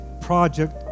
project